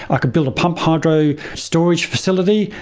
like build a pump hydro storage facility,